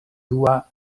dua